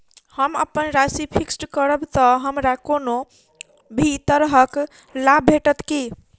हम अप्पन राशि फिक्स्ड करब तऽ हमरा कोनो भी तरहक लाभ भेटत की?